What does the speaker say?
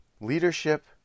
Leadership